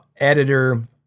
editor